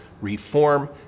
reform